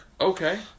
Okay